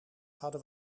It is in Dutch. hadden